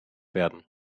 werden